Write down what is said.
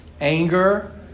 anger